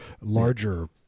larger